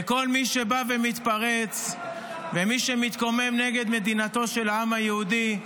לכל מי שבא ומתפרץ ומי שמתקומם נגד מדינתו של העם היהודי,